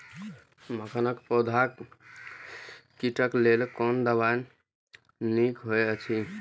मखानक पौधा पर कीटक लेल कोन दवा निक होयत अछि?